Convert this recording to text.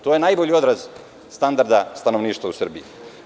To je najbolji odraz standarda stanovništva u Srbiji.